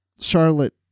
Charlotte